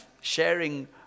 sharing